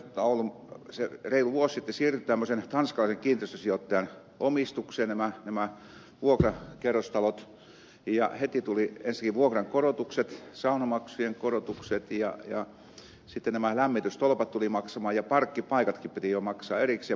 nämä vuokrakerrostalot reilu vuosi sitten siirtyivät tämmöisen tanskalaisen kiinteistösijoittajan omistukseen ja heti tulivat esiin vuokrankorotukset saunamaksujen korotukset ja sitten nämä lämmitystolpat tulivat maksamaan ja parkkipaikoistakin piti jo maksaa erikseen